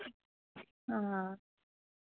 हां